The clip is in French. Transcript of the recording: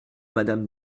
madame